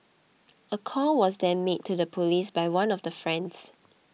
a call was then made to the police by one of the friends